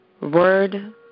word